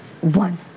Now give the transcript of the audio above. one